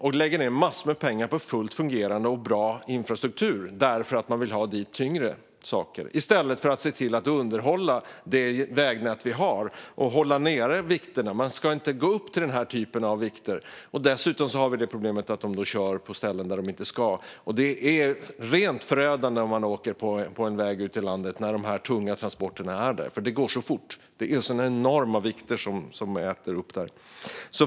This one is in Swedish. Man lägger ned massor med pengar på fullt fungerande och bra infrastruktur för att man vill ha dit tyngre saker, i stället för att se till att underhålla det vägnät vi har och hålla nere vikterna. Man ska inte gå upp till den här typen av vikter. Dessutom har vi problemet med att de kör på ställen de inte ska köra. Det är rent förödande när man åker på en väg ute i landet när det är tunga transporter där. Det går så fort, och det är så enorma vikter som äter upp väg.